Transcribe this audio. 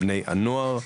בני הנוער,